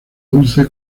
dulce